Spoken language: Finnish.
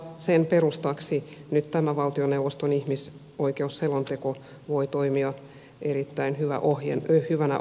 sen perustaksi nyt tämä valtioneuvoston ihmisoikeusselonteko voi toimia erittäin hyvänä ohjenuorana